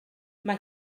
mae